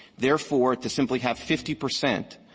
therefore, to simply have fifty percent